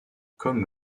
comme